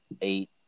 eight